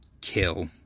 Kill